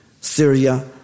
Syria